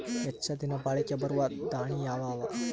ಹೆಚ್ಚ ದಿನಾ ಬಾಳಿಕೆ ಬರಾವ ದಾಣಿಯಾವ ಅವಾ?